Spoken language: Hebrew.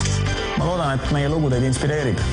קוראים, אמצעי אגירה ואכיפה.